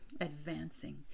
Advancing